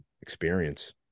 experience